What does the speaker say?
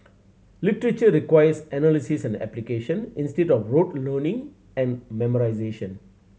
literature requires analysis and application instead of rote learning and memorisation